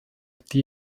die